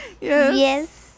yes